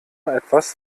etwas